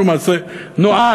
שהוא מעשה נואל,